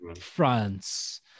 France